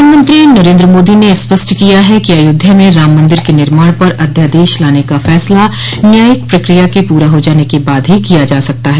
प्रधानमंत्री नरेन्द्र मोदी ने स्पष्ट किया है कि अयोध्या में राममंदिर के निर्माण पर अध्यादेश लाने का फैसला न्यायिक प्रक्रिया के पूरा हो जाने के बाद ही किया जा सकता है